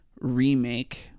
remake